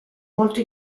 molto